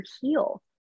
heal